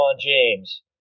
James